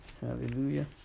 Hallelujah